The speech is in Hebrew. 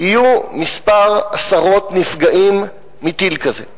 יהיו כמה עשרות נפגעים מטיל כזה.